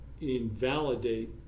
invalidate